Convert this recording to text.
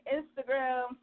Instagram